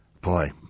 Boy